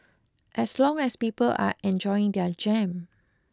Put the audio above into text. as long as people are enjoying their jam